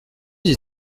des